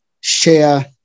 share